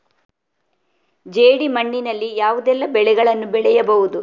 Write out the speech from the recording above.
ಜೇಡಿ ಮಣ್ಣಿನಲ್ಲಿ ಯಾವುದೆಲ್ಲ ಬೆಳೆಗಳನ್ನು ಬೆಳೆಯಬಹುದು?